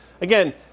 again